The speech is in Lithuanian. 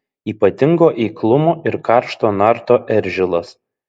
ypatingo eiklumo ir karšto narto eržilas